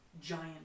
giant